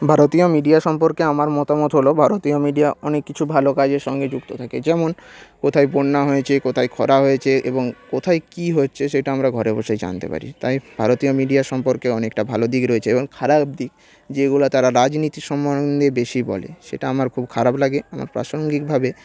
ভারতীয় মিডিয়া সম্পর্কে আমার মতামত হলো ভারতীয় মিডিয়া অনেক কিছু ভালো কাজের সঙ্গে যুক্ত থাকে যেমন কোথায় বন্যা হয়েছে কোথায় খরা হয়েছে এবং কোথায় কী হচ্ছে সেটা আমরা ঘরে বসেই জানতে পারি তাই ভারতীয় মিডিয়া সম্পর্কে অনেকটা ভালো দিক রয়েছে এবং খারাপ দিক যেগুলো তারা রাজনীতি সম্বন্ধে বেশি বলে সেটা আমার খুব খারাপ লাগে আমার প্রাসঙ্গিকভাবে